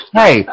hey